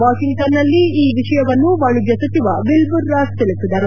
ವಾಷಿಂಗ್ಟನ್ನಲ್ಲಿ ಈ ವಿಷಯವನ್ನು ವಾಣಿಜ್ಯ ಸಚಿವ ವಿಲ್ಬುರ್ ರಾಸ್ ತಿಳಿಸಿದರು